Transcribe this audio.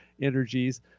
energies